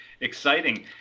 Exciting